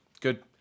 good